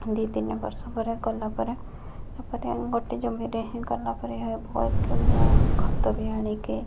ଦୁଇ ତିନି ବର୍ଷ ପରେ କଲା ପରେ ତାପରେ ଗୋଟିଏ ଜମିରେ ହିଁ କଲା ପରେ ଏହା ମୁଁ ଖତ ବି ଆଣିକି